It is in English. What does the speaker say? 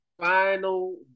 Final